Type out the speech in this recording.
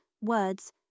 words